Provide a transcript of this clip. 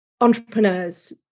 entrepreneurs